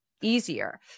easier